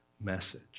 message